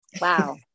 Wow